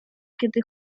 kiedy